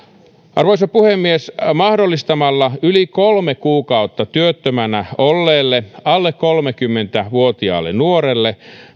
arvoisa puhemies mahdollistamalla yli kolme kuukautta työttömänä olleelle alle kolmekymmentä vuotiaalle nuorelle